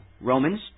Romans